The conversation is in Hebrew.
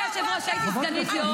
סתמת לי את הפה.